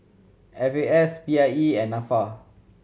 F A S P I E and Nafa